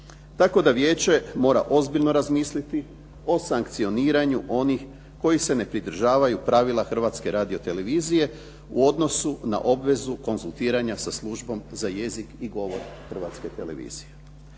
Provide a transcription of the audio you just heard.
tako da Vijeće mora ozbiljno razmisliti o sankcioniranju onih koji se ne pridržavaju pravila Hrvatske radiotelevizije u odnosu na obvezu konzultiranja sa Službom za jezik i govor Hrvatske televizije.